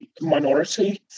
minority